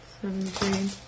seventeen